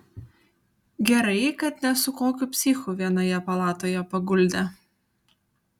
gerai kad ne su kokiu psichu vienoje palatoje paguldė